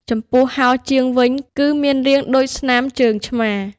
ចំពោះហោជាងវិញ គឺមានរាងដូចស្នាមជើងឆ្មា។